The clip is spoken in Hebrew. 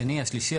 השלישי,